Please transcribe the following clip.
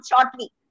shortly